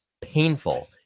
painful